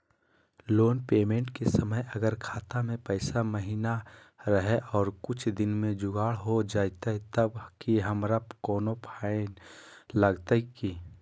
Loan payment के समय अगर खाता में पैसा महिना रहै और कुछ दिन में जुगाड़ हो जयतय तब की हमारा कोनो फाइन लगतय की?